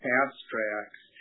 abstracts